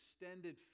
extended